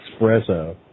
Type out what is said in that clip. espresso